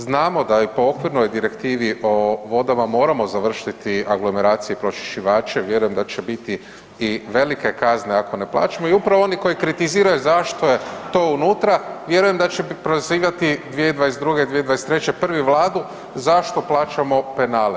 Znamo da je po okvirnoj direktivi po vodama moramo završiti aglomeracije i pročišćivače, vjerujem da će biti i velike kazne ako ne plaćamo i upravo oni koji kritiziraju zašto je to unutra vjerujem da će prozivati 2022., 2023. prvi Vladu zašto plaćamo penale.